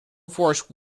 force